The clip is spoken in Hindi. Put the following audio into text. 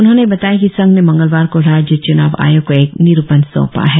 उन्होंने बताया कि संघ ने मंगलवार को राज्य च्नाव आयोग को एक निरुपण सौंपा है